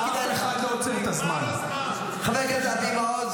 לא כדאי לך.